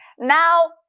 Now